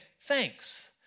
thanks